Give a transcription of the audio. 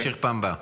נמשיך בפעם הבאה.